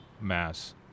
mass